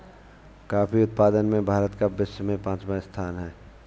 coffee उत्पादन में भारत का विश्व में पांचवा स्थान है